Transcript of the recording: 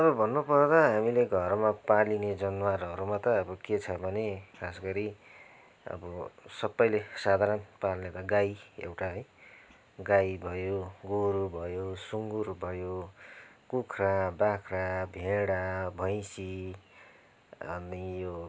अब भन्नु पर्दा हामीले घरमा पालिने जनावरहरूमा त के छ भने खास गरी अब सबैले साधारण पाल्ने त गाई एउटा है गाई भयो गोरू भयो सुँगुर भयो कुखुरा बाख्रा भेडा भैसीँ अनि यो